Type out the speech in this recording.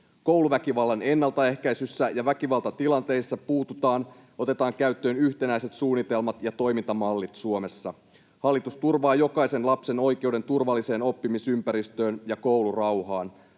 Kouluväkivallan ennaltaehkäisyssä ja väkivaltatilanteisiin puuttumisessa otetaan käyttöön yhtenäiset suunnitelmat ja toimintamallit Suomessa. Hallitus turvaa jokaisen lapsen oikeuden turvalliseen oppimisympäristöön ja koulurauhaan.